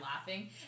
laughing